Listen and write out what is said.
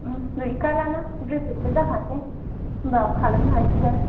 गैखालानो ग्रेजुयेटबो जाखासै होमबा खालामनो हासिगोन